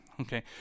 Okay